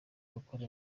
gukora